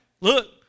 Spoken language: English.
look